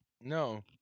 No